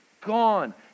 gone